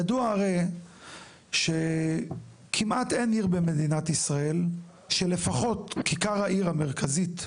ידוע הרי שכמעט אין עיר במדינת ישראל שלפחות כיכר העיר המרכזית,